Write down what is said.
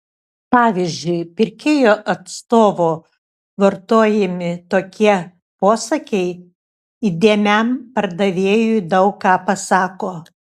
pavyzdžiui pirkėjo atstovo vartojami tokie posakiai įdėmiam pardavėjui daug ką pasako